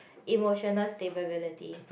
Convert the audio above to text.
emotional stability